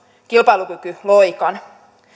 kilpailukykyloikan